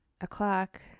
o'clock